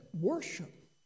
worship